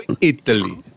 Italy